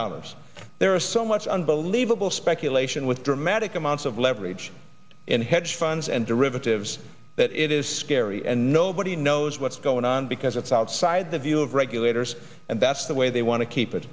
dollars there are so much unbelievable speculation with dramatic amounts of leverage in hedge funds and derivatives that it is scary and nobody knows what's going on because it's outside the view of regulators and that's the way they want to keep it